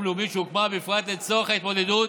לאומית שהוקמה בפרט לצורך התמודדות